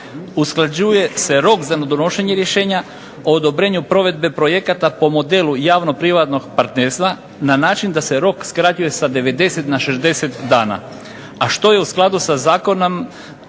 Usklađuje se rok za donošenje rješenja o odobrenju provedbe projekata po modelu javno-privatnog partnerstva na način da se rok skraćuje sa 90 na 60 dana, a što je u skladu sa zakonom